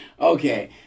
Okay